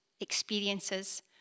experiences